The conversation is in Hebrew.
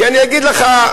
כי אני אגיד לך,